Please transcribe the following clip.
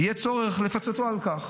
"יהיה צורך לפצותו על כך".